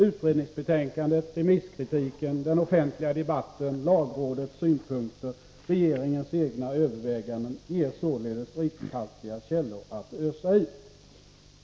Utredningsbetänkandet, remisskritiken, den offentliga debatten, lagrådets synpunkter och regeringens egna överväganden ger således rikhaltiga källor att ösa ur.